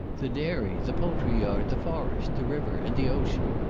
the dairy, the poultry-yard, the forest, the river, and the ocean,